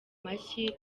mashyi